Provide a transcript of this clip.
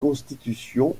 constitution